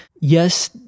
yes